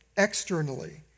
Externally